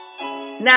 Now